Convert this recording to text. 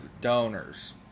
donors